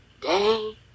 day